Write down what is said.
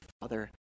father